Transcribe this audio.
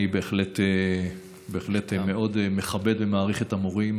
אני בהחלט מאוד מכבד ומעריך את המורים